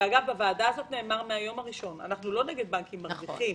בוועדה הזאת נאמר שאנחנו לא נגד בנקים מרוויחים,